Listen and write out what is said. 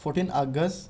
fourteen August